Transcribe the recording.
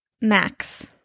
Max